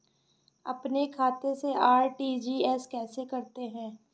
अपने खाते से आर.टी.जी.एस कैसे करते हैं?